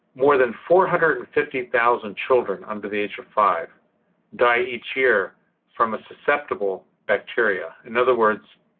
more than four hundred and fifty thousand children under the age of five die each year from a susceptible bacteria. in other words,